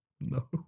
No